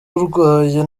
urwaye